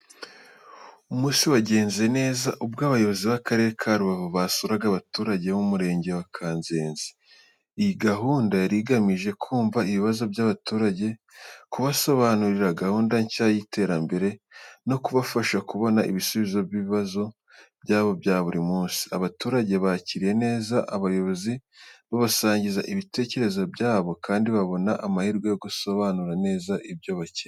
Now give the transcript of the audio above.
Umunsi wagenze neza ubwo abayobozi b’Akarere ka Rubavu basuraga abaturage bo mu Murenge wa Kanzenze. Iyi gahunda yari igamije kumva ibibazo by’abaturage, kubasobanurira gahunda nshya z’iterambere, no kubafasha kubona ibisubizo ku bibazo byabo bya buri munsi. Abaturage bakiriye neza abayobozi, babasangiza ibitekerezo byabo kandi babona amahirwe yo gusobanuza neza ibyo bakeneye.